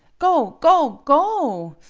go go go!